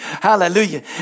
Hallelujah